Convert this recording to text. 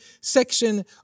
section